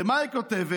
ומה היא כותבת?